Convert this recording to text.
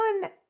one